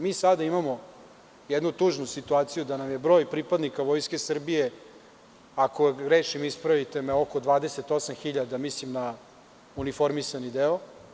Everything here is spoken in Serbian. Mi sada imamo jednu tužnu situaciju da nam je broj pripadnika Vojske Srbije, a ako grešim ispravite me, oko 28.000, mislim na uniformisani deo.